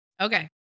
Okay